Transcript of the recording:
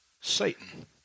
Satan